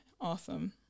Awesome